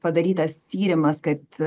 padarytas tyrimas kad